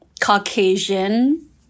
Caucasian